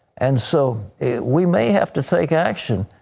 and so we may have to take action,